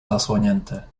zasłonięte